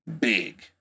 big